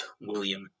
William